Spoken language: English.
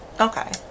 Okay